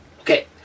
Okay